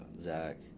Zach